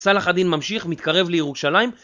צלח הדין ממשיך, מתקרב לירושלים